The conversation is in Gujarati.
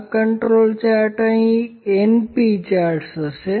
આ કંટ્રોલ ચાર્ટ અહીં તે npચાર્ટ હશે